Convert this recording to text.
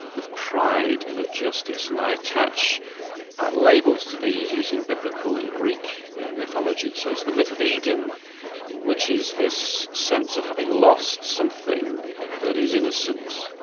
of pride and of justice, and i attach labels to these using biblical and greek mythology. so it's the myth of eden which is this sense of having lost something that is innocent,